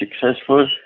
successful